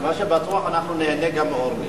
מה שבטוח, אנחנו ניהנה גם מאורלי.